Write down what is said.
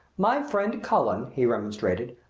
my friend cullen, he remonstrated,